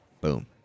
Boom